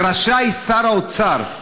שרשאי שר האוצר,